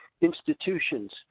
institutions